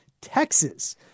Texas